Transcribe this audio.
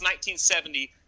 1970